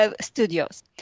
Studios